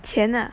钱 ah